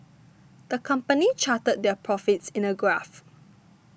the company charted their profits in a graph